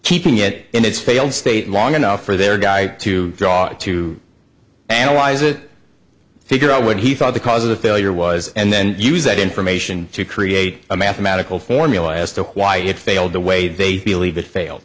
keeping it in its failed state long enough for their guy to draw it to analyze it figure out what he thought the cause of the failure was and then use that information to create a mathematical formula as to why it failed the way they feel a bit fail